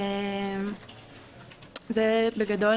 זה בגדול.